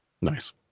Nice